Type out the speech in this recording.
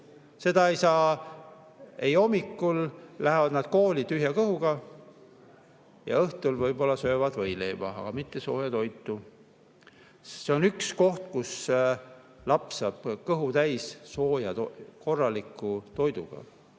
koolis. Hommikul lähevad nad kooli tühja kõhuga ja õhtul võib-olla söövad võileiba, aga mitte sooja toitu. Kool on üks koht, kus laps saab kõhu täis, süües sooja, korralikku toitu.